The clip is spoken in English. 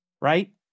Right